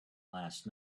last